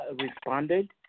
responded